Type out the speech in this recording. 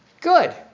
Good